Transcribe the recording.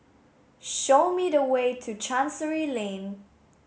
show me the way to Chancery Lane